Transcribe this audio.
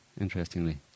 Interestingly